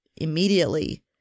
immediately